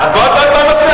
את עוד פעם מפריעה?